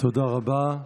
תודה רבה.